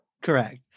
Correct